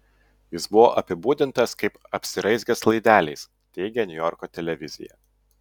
jis buvo apibūdintas kaip apsiraizgęs laideliais teigia niujorko televizija